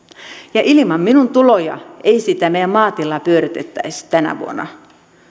ja ilman minun tulojani ei sitä meidän maatilaamme pyöritettäisi tänä vuonna